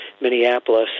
Minneapolis